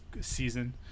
season